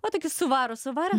va tokį suvaro suvaro